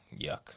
Yuck